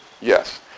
yes